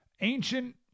ancient